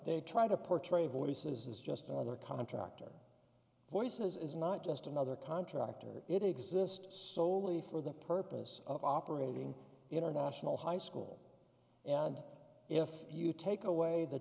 they try to portray voices is just another contractor voice is not just another contractor it exists solely for the purpose of operating international high school and if you take away the